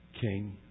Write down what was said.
king